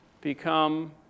become